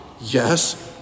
Yes